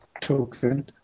token